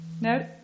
No